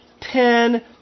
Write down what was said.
ten